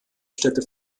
städte